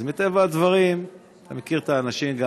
אז מטבע הדברים אתה מכיר את האנשים גם